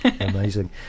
amazing